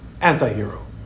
Anti-hero